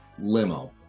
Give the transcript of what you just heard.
limo